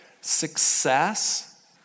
success